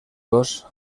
dos